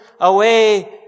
away